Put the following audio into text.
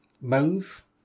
mauve